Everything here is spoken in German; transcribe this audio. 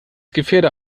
gefährder